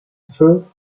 truth